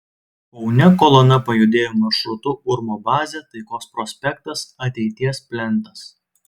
kaune kolona pajudėjo maršrutu urmo bazė taikos prospektas ateities plentas